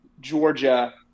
Georgia